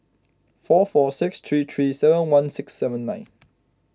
four four six three three seven one six seven nine